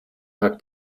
hackt